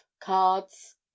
cards